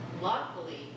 luckily